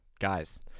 guys